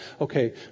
okay